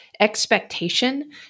expectation